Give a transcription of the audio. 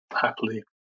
happily